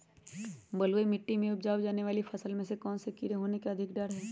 बलुई मिट्टी में उपजाय जाने वाली फसल में कौन कौन से कीड़े होने के अधिक डर हैं?